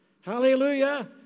Hallelujah